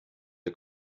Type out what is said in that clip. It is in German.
der